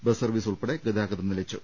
bus service ഉൾപ്പെടെ ഗതാഗതം നിലച്ചു